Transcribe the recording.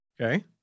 Okay